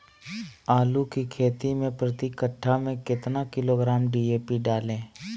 आलू की खेती मे प्रति कट्ठा में कितना किलोग्राम डी.ए.पी डाले?